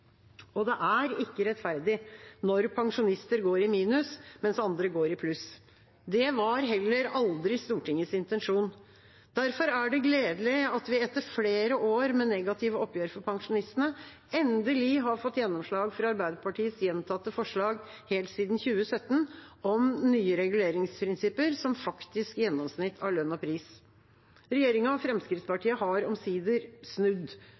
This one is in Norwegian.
Det er ikke rettferdig når pensjonister går i minus mens andre går i pluss. Det var heller aldri Stortingets intensjon. Derfor er det gledelig at vi etter flere år med negative oppgjør for pensjonistene endelig har fått gjennomslag for Arbeiderpartiets gjentatte forslag helt siden 2017 om nye reguleringsprinsipper, som faktisk gjennomsnitt av lønn og pris. Regjeringa og Fremskrittspartiet har omsider snudd.